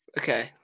Okay